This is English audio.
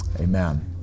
Amen